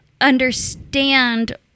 understand